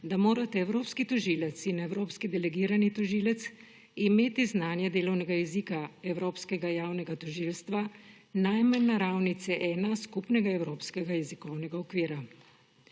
da morata evropski tožilec in evropski delegirani tožilec imeti znanje delovnega jezika Evropskega javnega tožilstva najmanj na ravni C1 skupnega evropskega jezikovnega okvira.